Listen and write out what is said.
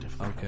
Okay